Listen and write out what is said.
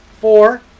four